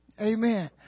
Amen